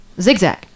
zigzag